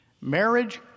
Marriage